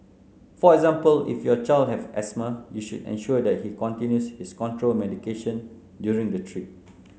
for example if your child has asthma you should ensure that he continues his control medication during the trip